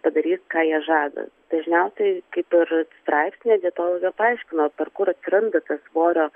padarys ką jie žada dažniausiai kaip ir straipsnyje dietologė paaiškino per kur atsiranda tas svorio